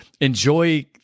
enjoy